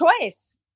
choice